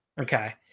Okay